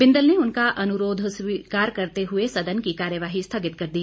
बिंदल ने उनका अनुरोध स्वीकार करते हए सदन की कार्यवाही स्थगित कर दी